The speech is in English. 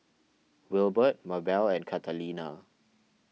Wilbert Mabell and Catalina